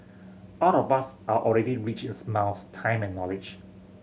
all of us are already rich in smiles time and knowledge